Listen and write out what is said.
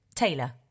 Taylor